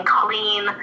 clean –